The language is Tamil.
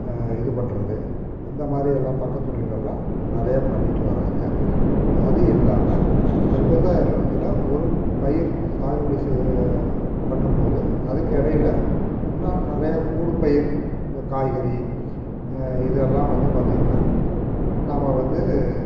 இது பண்ணுறது இந்த மாதிரி எல்லாம் பக்கத்தொழில் எல்லாம் நிறையா பண்ணிகிட்டு வராங்க அது இல்லாம அந்த விவசாய நெலத்தில் ஒரு பயிர் சாகுபடி செய்ய பண்ணும்போது அதுக்கு இடையில இன்னும் நிறைய ஊடு பயிர் இந்த காய்கறி இதல்லாம் வந்து பார்த்திங்கன்னா நாம்ப வந்து